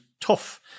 tough